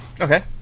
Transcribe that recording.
Okay